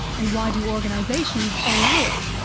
and why do organisations allow it?